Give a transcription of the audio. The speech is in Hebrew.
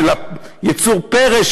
של יצור הפרא,